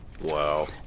Wow